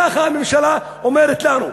ככה הממשלה אומרת לנו.